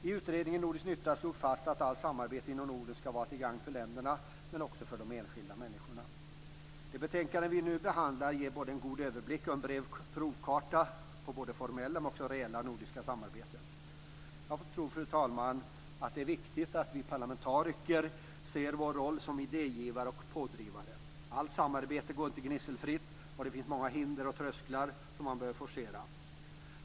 I utredningen Nordisk nytta slogs fast att allt samarbete inom Norden skall vara till gagn för länderna men också för de enskilda människorna. Det betänkande vi nu behandlar ger både en god överblick och en bred provkarta över det formella och det reella nordiska samarbetet. Jag tror, fru talman, att det är viktigt att vi parlamentariker ser vår roll som idégivare och pådrivare. Allt samarbete går inte gnisselfritt, och det finns många hinder och trösklar som man behöver forcera.